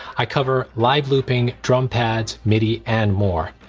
i cover live looping, drum pads, midi and more.